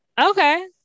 okay